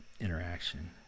interaction